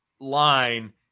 line